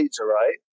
right